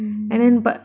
mm